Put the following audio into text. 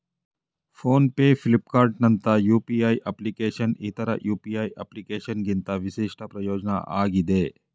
phone pay ಫ್ಲಿಪ್ಕಾರ್ಟ್ನಂತ UPI ಅಪ್ಲಿಕೇಶನ್ನ್ ಇತರ ಯು.ಪಿ.ಐ ಅಪ್ಲಿಕೇಶನ್ಗಿಂತ ವಿಶಿಷ್ಟ ಪ್ರಯೋಜ್ನ ಆಗಿದೆ